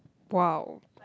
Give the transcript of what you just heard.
!wow!